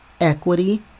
equity